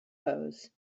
pose